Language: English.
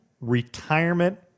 retirement